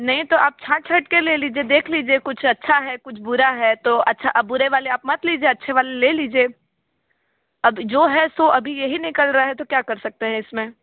नहीं तो आप छाँट छाँट कर ले लीजिए देख लीजिए कुछ अच्छा है कुछ बुरा है तो अच्छा अब बुरे वाले आप मत लीजिए अच्छे वाले ले लीजिए अब जो है सो अभी यही निकल रहा है तो क्या कर सकते हैं इस में